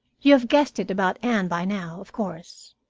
you have guessed it about anne by now, of course.